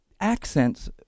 accent's